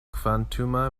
kvantuma